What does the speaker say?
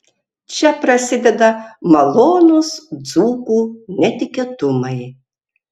čia prasideda malonūs dzūkų netikėtumai